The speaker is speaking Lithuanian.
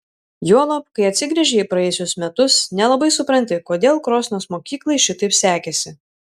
juolab kai atsigręži į praėjusius metus nelabai supranti kodėl krosnos mokyklai šitaip sekėsi